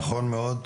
נכון מאוד.